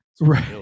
Right